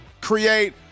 create